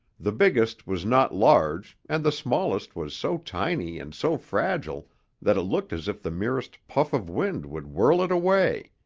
the biggest was not large and the smallest was so tiny and so fragile that it looked as if the merest puff of wind would whirl it away.